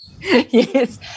Yes